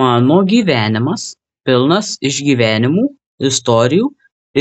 mano gyvenimas pilnas išgyvenimų istorijų